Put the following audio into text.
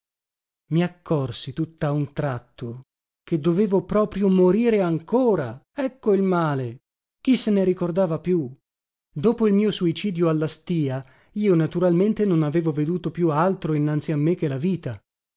i accorsi tutta un tratto che dovevo proprio morire ancora ecco il male chi se ne ricordava più dopo il mio suicidio alla stìa io naturalmente non avevo veduto più altro innanzi a me che la vita